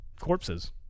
corpses